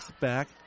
back